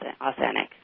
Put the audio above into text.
authentic